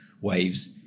waves